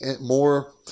more